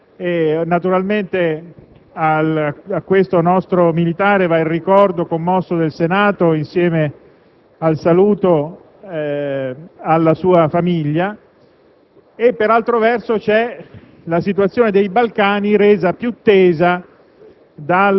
il caso tragico della caduta di un nostro militare, vittima due settimane fa di un attentato in un contesto nel quale un nostro reparto stava svolgendo una funzione umanitaria;